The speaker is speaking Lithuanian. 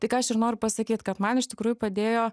tai ką aš ir noriu pasakyt kad man iš tikrųjų padėjo